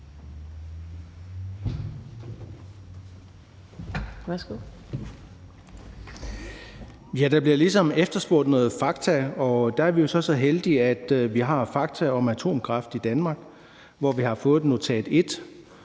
Der bliver ligesom efterspurgt noget fakta, og der er vi jo så så heldige, at vi har »Fakta om atomkraft i Danmark«. Her har vi fået første